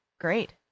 great